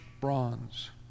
bronze